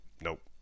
Nope